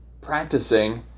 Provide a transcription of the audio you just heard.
practicing